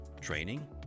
training